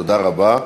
תודה רבה.